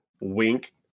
wink